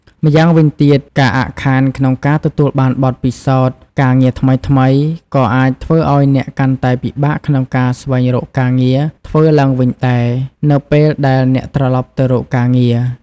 ម្យ៉ាងវិញទៀត ការអាក់ខានក្នុងការទទួលបានបទពិសោធន៍ការងារថ្មីៗ ក៏អាចធ្វើឱ្យអ្នកកាន់តែពិបាកក្នុងការស្វែងរកការងារធ្វើឡើងវិញដែរ នៅពេលដែលអ្នកត្រលប់ទៅរកការងារ។